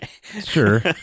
Sure